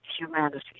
humanity